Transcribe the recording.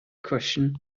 question